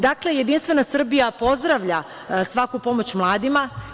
Dakle, Jedinstvena Srbija pozdravlja svaku pomoć mladima.